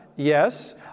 Yes